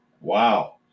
Wow